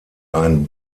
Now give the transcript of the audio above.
ein